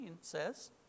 says